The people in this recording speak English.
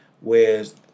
whereas